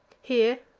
here,